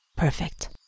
perfect